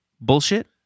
bullshit